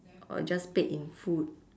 or just paid in food